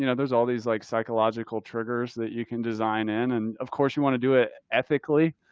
you know there's all these like, psychological triggers that you can design in, and of course you want to do it ethically,